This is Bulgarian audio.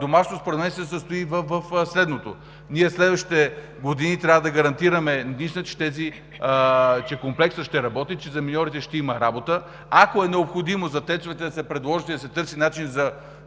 домашното според мен се състои в следното: ние в следващите години трябва да гарантираме, че Комплексът ще работи, че за миньорите ще има работа. Ако е необходимо, за ТЕЦ-овете да се предложи и да се търси начин